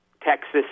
Texas